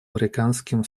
африканским